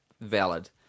valid